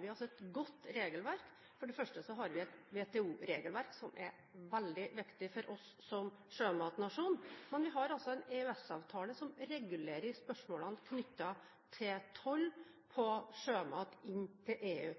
vi har gode regelverk her. For det første har vi et WTO-regelverk som er veldig viktig for oss som sjømatnasjon, men vi har også en EØS-avtale som regulerer spørsmålene knyttet til toll på sjømat inn til EU.